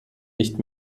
nicht